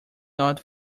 not